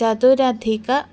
चतुरधिकं